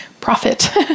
Profit